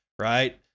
right